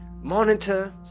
monitor